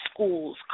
schools